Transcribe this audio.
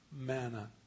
Manna